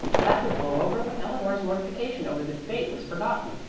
that would blow over when eleanor's mortification over the debate was forgotten.